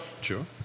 Sure